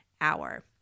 hour